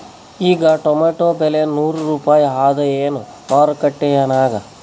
ಈಗಾ ಟೊಮೇಟೊ ಬೆಲೆ ನೂರು ರೂಪಾಯಿ ಅದಾಯೇನ ಮಾರಕೆಟನ್ಯಾಗ?